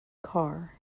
car